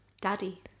daddy